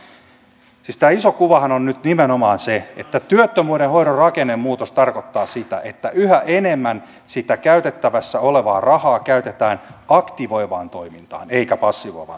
siis tämä iso kuvahan on nyt nimenomaan se että työttömyyden hoidon rakennemuutos tarkoittaa sitä että yhä enemmän sitä käytettävissä olevaa rahaa käytetään aktivoivaan toimintaan eikä passivoivaan toimintaan